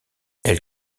elle